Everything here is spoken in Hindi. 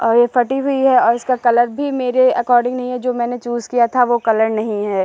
और यह फटी हुई है और इसका कलर भी मेरे एकॉर्डिन्ग नहीं है जो मैंने चूज़ किया था वह कलर नहीं है